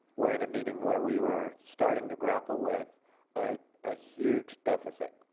were in a meeting where we were starting to grapple with ah a huge deficit.